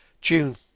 June